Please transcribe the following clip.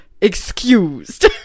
Excused